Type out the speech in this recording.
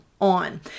on